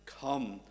Come